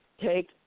take